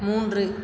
மூன்று